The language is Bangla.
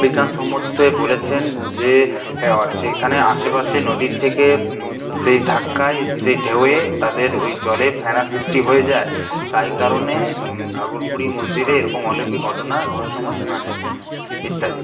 বিজ্ঞানসম্মততে বলেছেন যে সেখানে আশেপাশে নদীর থেকে সেই ধাক্কায় সেই ঢেউয়ে তাদের ওই জলে ফ্যানা সৃষ্টি হয়ে যায় তাই কারণে ঘাঘর বুড়ি মন্দিরে এরকম অলৌকিক ঘটনা রহস্যময় শোনা যায় ইত্যাদি